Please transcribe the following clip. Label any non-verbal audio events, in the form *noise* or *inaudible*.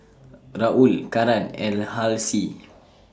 Raul Karan and Halsey *noise*